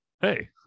hey